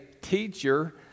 Teacher